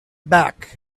back